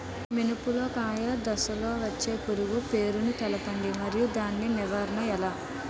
మినుము లో కాయ దశలో వచ్చే పురుగు పేరును తెలపండి? మరియు దాని నివారణ ఎలా?